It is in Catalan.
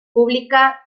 pública